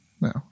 No